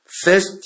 First